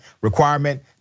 requirement